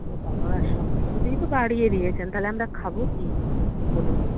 ও বাবা সব কিছুতেই তো বাড়িয়ে দিয়েছেন তাহলে আমরা খাবো কি বলুন